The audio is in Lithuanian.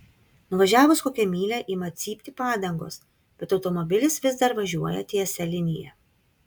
nuvažiavus kokią mylią ima cypti padangos bet automobilis vis dar važiuoja tiesia linija